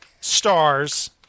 stars